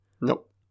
Nope